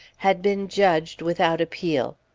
had been judged without appeal.